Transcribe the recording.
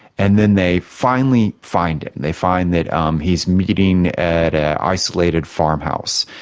and then they finally find him. they find that um he's meeting at an isolated farmhouse,